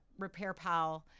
RepairPal